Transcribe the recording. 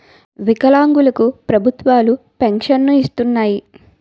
వికలాంగులు కు ప్రభుత్వాలు పెన్షన్ను ఇస్తున్నాయి